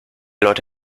leute